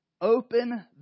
open